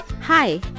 Hi